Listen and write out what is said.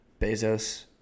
Bezos